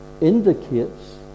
indicates